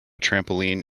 trampoline